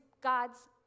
God's